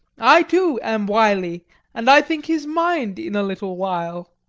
i, too, am wily and i think his mind in a little while.